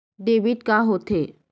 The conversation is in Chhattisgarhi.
डेबिट का होथे?